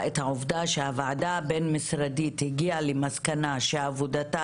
את העובדה שהוועדה הבין משרדית הגיעה למסקנה שעבודתה